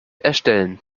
erstellen